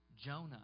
Jonah